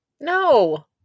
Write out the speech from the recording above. No